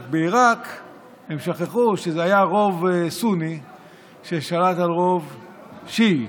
רק שבעיראק הם שכחו שזה היה רוב סוני ששלט על רוב שיעי,